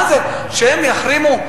מה זה שהם יחרימו?